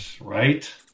Right